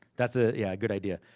that's a yeah good idea.